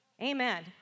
Amen